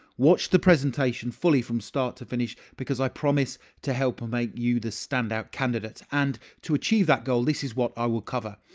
watch the presentation fully from start to finish, because i promise to help make you the standout candidate. and to achieve that goal, this is what i will cover.